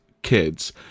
kids